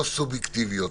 לא סובייקטיביות,